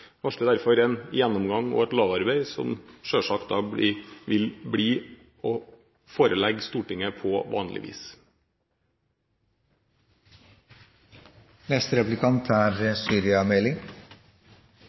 varsler derfor en gjennomgang og et lagarbeid, som selvsagt vil bli å forelegge Stortinget på vanlig vis. Kost–nytte-vurderinger er